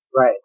Right